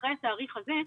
אחרי התאריך הזה,